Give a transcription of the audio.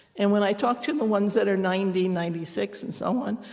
and when i talk to the ones that are ninety, ninety six, and so on,